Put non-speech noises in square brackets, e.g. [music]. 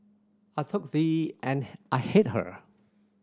I took the and [unintelligible] I hit her